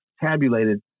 tabulated